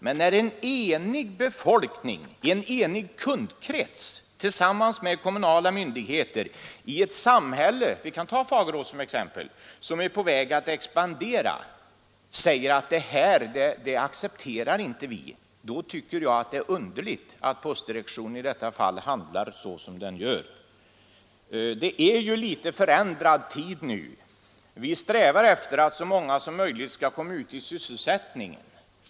Men när en enig befolkning, en enig kundkrets, tillsammans med kommunala myndigheter i ett samhälle — vi kan ta Fagerås som exempel — som är på väg att expandera, säger att ”Det här accepterar vi inte”, tycker jag det är underligt att postdirektionen handlar så som den gör. Det är ju en litet förändrad tid nu. Vi strävar efter att så många som möjligt skall komma ut i sysselsättning.